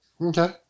Okay